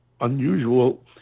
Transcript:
unusual